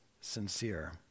sincere